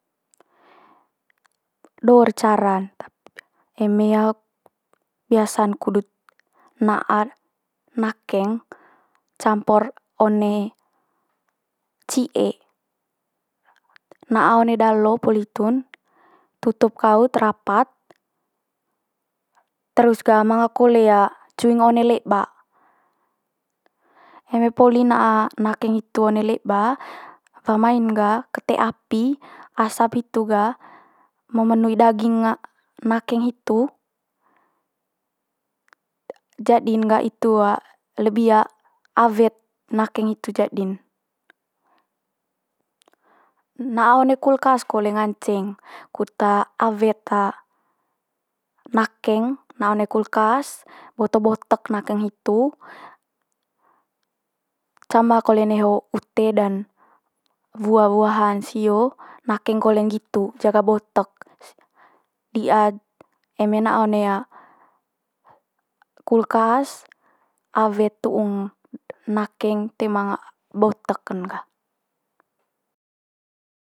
Do'r cara'n biasa'n kudut na'a nakeng campor one ci'e. Na'a one dalo poli hitu'n tutup kaut rapat. Terus ga manga kole cung one leba. Eme poli na'a nakeng itu one leba, wa mai'n ga kete api asap hitu ga memenuhi daging nakeng hitu. Jadi'n ga itu lebi awet nakeng itu jadi'n. Na'a one kulkas kole nganceng, kut awet nakeng na'a one kulkas boto botek nakeng hitu. Cama kole neho ute dan wua buahan sio, nakeng kole nggitu jaga botek. di'a eme na one kulkas awet tu'ung nakeng toe manga boteken ga.